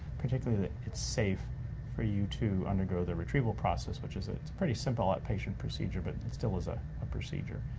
particularly that it's safe for you to undergo the retrieval process, which is, it's a pretty simple outpatient procedure but it still is a ah procedure.